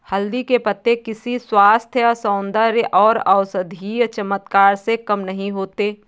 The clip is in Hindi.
हल्दी के पत्ते किसी स्वास्थ्य, सौंदर्य और औषधीय चमत्कार से कम नहीं होते